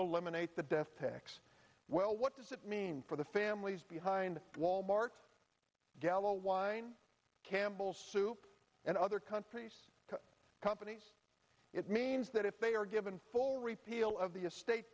eliminate the death tax well what does it mean for the families behind wal mart gallo wine campbell soup and other countries companies it means that if they are given full repeal of the estate